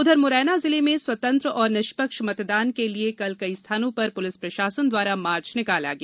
उधर मुरैना जिले में स्वतंत्र और निष्पक्ष मतदान के लिए कल कई स्थानों पर पुलिस प्रशासन द्वारा मार्ग निकाला गया